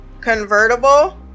convertible